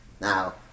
Now